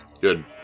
Good